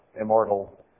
immortal